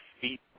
feet